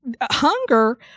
Hunger